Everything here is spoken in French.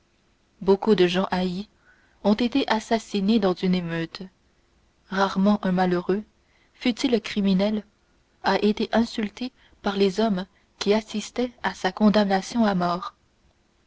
beaucoup de gens haïs ont été assassinés dans une émeute rarement un malheureux fût-il criminel a été insulté par les hommes qui assistaient à sa condamnation à mort